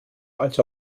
als